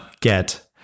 get